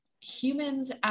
humans